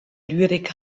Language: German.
lyrik